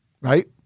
Right